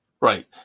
Right